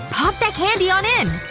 pop that candy on in!